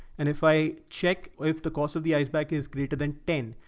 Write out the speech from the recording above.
and if i check if the cost of the ice bag is greater than ten,